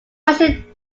russian